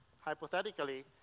hypothetically